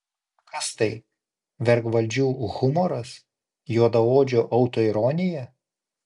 kas tai vergvaldžių humoras juodaodžių autoironija